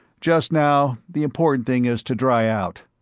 just now, the important thing is to dry out.